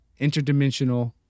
interdimensional